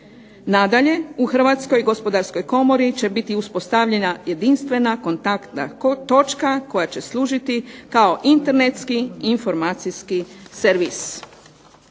Nadalje, u HGK-u će biti uspostavljena jedinstvena kontaktna točka koja će služiti kao internetski informacijski servis.